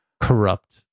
corrupt